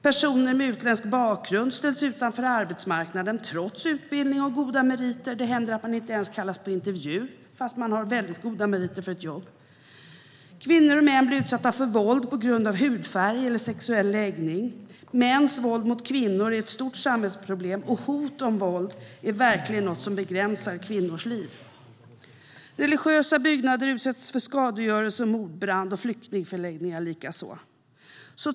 Personer med utländsk bakgrund ställs utanför arbetsmarknaden trots utbildning och goda meriter. Det händer att de inte ens kallas till intervju fast de har goda meriter för ett jobb. Kvinnor och män blir utsatta för våld på grund av hudfärg eller sexuell läggning. Mäns våld mot kvinnor är ett stort samhällsproblem, och hot om våld är verkligen något som begränsar kvinnors liv. Religiösa byggnader utsätts för skadegörelse och mordbrand, och flyktingförläggningar likaså.